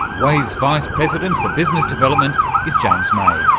wave's vice president for business development is james may.